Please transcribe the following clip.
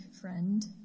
friend